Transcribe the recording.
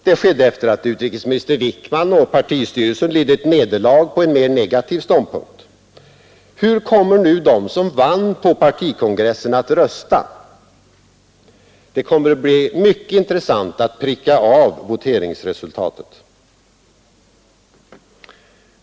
Det skedde efter att utrikesminister Wickman och partistyrelsen lidit nederlag på en mer negativ ståndpunkt. Hur kommer nu de som vann på partikongressen att rösta? Det kommer att bli mycket intressant att pricka av voteringsresultatet.